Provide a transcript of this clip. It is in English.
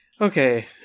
Okay